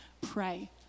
Pray